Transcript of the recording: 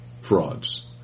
frauds